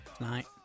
Night